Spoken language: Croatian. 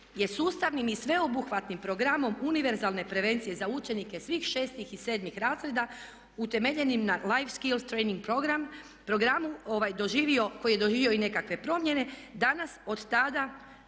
je sustavnim i sveobuhvatnim programom univerzalne prevencije za učenike svih šestih i sedmih razreda utemeljenim na life …/Govornica se ne razumije./… program, program koji je doživio i nekakve promjene, danas od tada